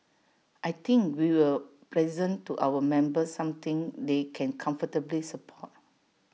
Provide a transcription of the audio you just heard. I think we will present to our members something they can comfortably support